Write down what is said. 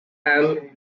and